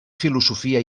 filosofia